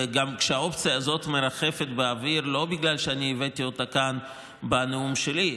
וגם האופציה הזאת מרחפת באוויר לא בגלל שהבאתי אותה כאן בנאום שלי,